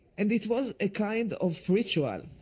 and it was a kind of ritual,